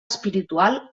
espiritual